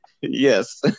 Yes